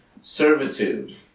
Servitude